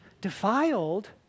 Defiled